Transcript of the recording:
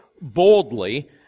boldly